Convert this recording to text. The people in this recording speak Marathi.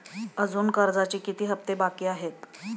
अजुन कर्जाचे किती हप्ते बाकी आहेत?